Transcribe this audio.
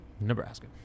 Nebraska